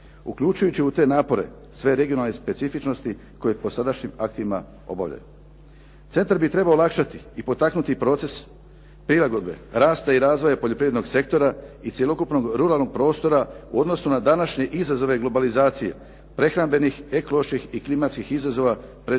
uključujući u te napore sve regionalne specifičnosti koje po sadašnjim aktima obavljaju. Centar bi trebao olakšati i potaknuti proces prilagodbe rasta i razvoja poljoprivrednog sektora i cjelokupnog ruralnog prostora u odnosu na današnje izazove globalizacije prehrambenih, ekoloških i klimatskih izazova pred